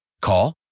Call